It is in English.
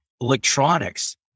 electronics